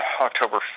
October